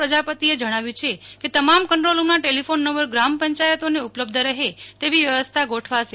પ્રજાપતિ એ જણાવ્યું છે કે તમામ કંટ્રોલ રૂમ ના ટેલિફોન નંબર ગ્રામ પંચાયતો ને ઉપલબ્ધ રહે તેવી વ્યવસ્થા ગોઠવાશે